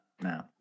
No